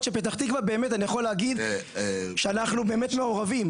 שבפתח-תקווה באמת אני יכול להגיד שאנחנו מעורבים.